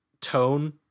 tone